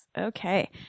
Okay